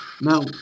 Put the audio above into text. Now